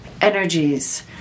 energies